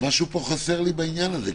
משהו פה חסר לי בעניין הזה,